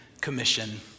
commission